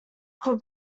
could